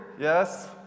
yes